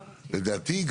לדעתי,